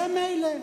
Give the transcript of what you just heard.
זה מילא.